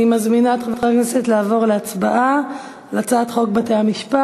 אני מזמינה את חברי הכנסת לעבור להצבעה על הצעת חוק בתי-המשפט